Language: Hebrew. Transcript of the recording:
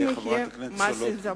גם אם יהיה מס עיזבון.